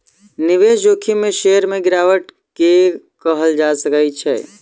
निवेश जोखिम में शेयर में गिरावट के कहल जा सकै छै